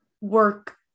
work